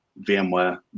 VMware